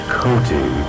coating